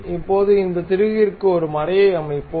இப்போது இந்த திருகிற்கு ஒரு மறையை அமைப்போம்